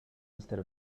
instead